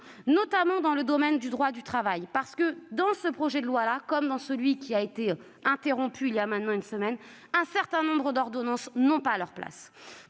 notamment dans le domaine du droit du travail, parce que, dans ce projet de loi, comme dans celui dont l'examen a été interrompu voilà maintenant une semaine, un certain nombre d'ordonnances n'ont pas leur place.